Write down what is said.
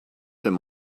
them